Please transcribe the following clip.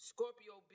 Scorpio